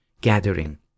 gathering